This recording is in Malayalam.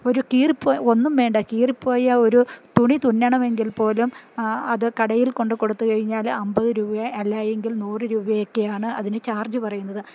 ഒരു കീറിപ്പോയ ഒന്നും വേണ്ട കീറിപ്പോയ ഒരു തുണി തുന്നണമെങ്കിൽ പോലും അത് കടയിൽ കൊണ്ട് കൊടുത്തു കഴിഞ്ഞാല് അമ്പത് രൂപയല്ലെങ്കിൽ നൂറ് രൂപയൊക്കെയാണ് അതിന് ചാർജ് പറയുന്നത്